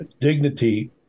dignity